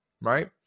right